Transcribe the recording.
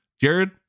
Jared